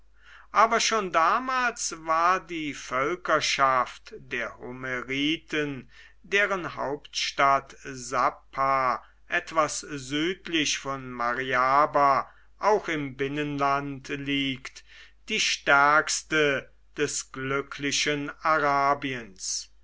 aber schon damals war die völkerschaft der homeriten deren hauptstadt sapphar etwas südlich von mariaba auch im binnenland liegt die stärkste des glücklichen arabiens